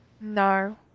No